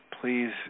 please